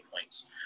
points